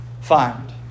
find